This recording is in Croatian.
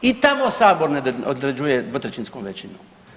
I tamo sabor ne određuje dvotrećinskom većinom.